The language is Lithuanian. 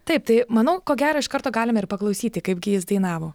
taip tai manau ko gero iš karto galime ir paklausyti kaipgi jis dainavo